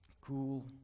cool